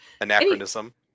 Anachronism